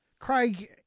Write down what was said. Craig